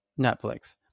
Netflix